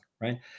right